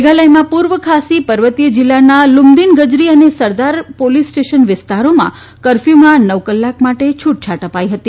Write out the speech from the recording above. મેઘાલયમાં પૂર્વ ખાસી પર્વતીય જિલ્લા લુમદીનગજરી અને સરદાર પોલીસ સ્ટેશન વિસ્તારોમાં કરફ્યુમાં નવ કલાકમાં માટે છુટછાટ અપાઇ હતી